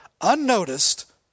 unnoticed